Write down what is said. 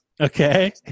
Okay